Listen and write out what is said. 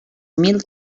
mil